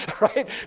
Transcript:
right